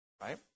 right